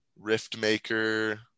Riftmaker